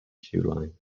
july